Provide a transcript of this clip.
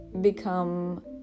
become